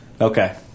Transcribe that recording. Okay